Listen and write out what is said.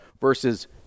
versus